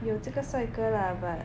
有这个帅哥啦 but